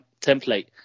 template